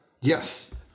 Yes